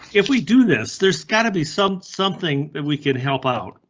if we do this, there's gotta be some something that we can help out.